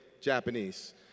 Japanese